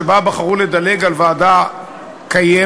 שבה בחרו לדלג על ועדה קיימת,